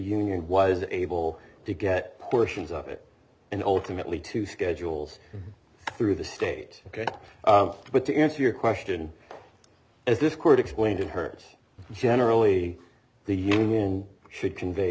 union was able to get portions of it and ultimately to schedules through the state ok but to answer your question as this court explained to her it's generally the union should convey